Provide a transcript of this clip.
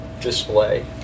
display